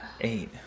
Eight